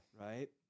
right